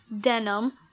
denim